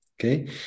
Okay